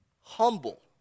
humble